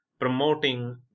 promoting